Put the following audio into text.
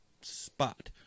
spot